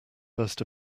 first